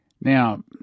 Now